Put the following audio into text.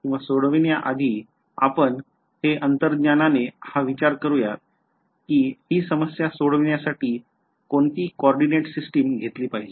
तर मग हे सोडवण्याआधी आपण हे अंतर्ज्ञानाने हा विचार करूयात हि समस्या सोडवण्यासाठी कोणती coordinate systems घेतली पाहिजे